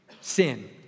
Sin